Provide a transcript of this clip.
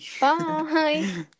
bye